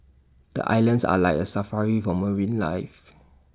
the islands are like A Safari for marine life